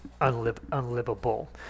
unlivable